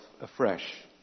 afresh